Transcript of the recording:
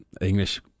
English